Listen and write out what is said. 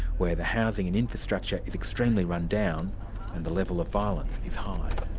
where the housing and infrastructure is extremely run down and the level of violence is high.